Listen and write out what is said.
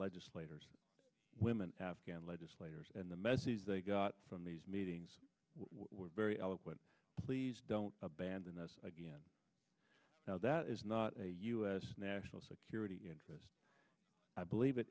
legislators women afghan legislators and the message they got from these meetings were very eloquent please don't abandon us again now that is not a u s national security interest i believe it